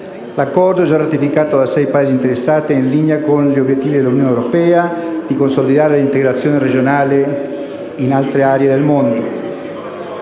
L'Accordo, già ratificato dai sei Paesi interessati, è in linea con l'obiettivo dell'Unione europea di consolidare l'integrazione regionale in altre aree del mondo.